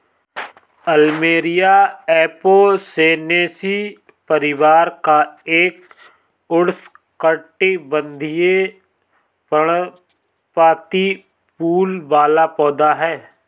plumeria Apocynaceae परिवार का एक उष्णकटिबंधीय, पर्णपाती फूल वाला पौधा है